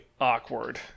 awkward